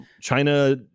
China